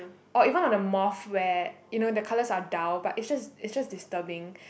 or even on the moth where you know the colors are dull but its just its just disturbing